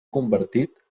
convertit